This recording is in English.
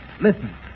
listen